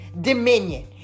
dominion